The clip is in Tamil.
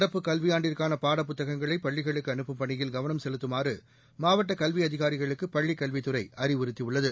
நடப்புக் கல்வியாண்டுக்கான பாடப்புத்தகங்களை பள்ளிகளுக்கு அனுப்பும் பணியில் கவனம் செலுத்துமாறு மாவட்ட கல்வி அதிகாரிகளுக்கு பள்ளிக் கல்வித்துறை அறிவுறுத்தியுள்ளது